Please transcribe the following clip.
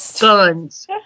guns